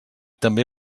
també